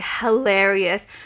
hilarious